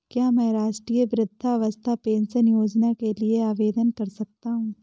क्या मैं राष्ट्रीय वृद्धावस्था पेंशन योजना के लिए आवेदन कर सकता हूँ?